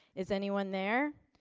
is anyone there?